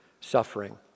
suffering